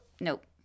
nope